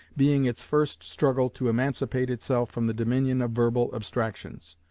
being its first struggle to emancipate itself from the dominion of verbal abstractions.